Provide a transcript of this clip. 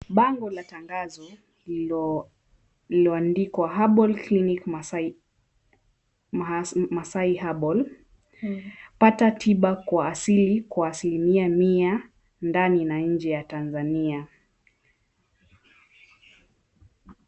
Bango la tangazo lililoandikwa, Herbal Clinic Masai Herbal. Pata Tiba kwa Asili kwa Asilimia Mia Ndani na Nje ya Tanzania.